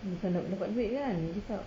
macam dapat duit kan jangan cakap